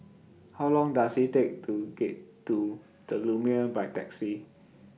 How Long Does IT Take to get to The Lumiere By Taxi